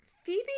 Phoebe